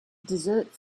dessert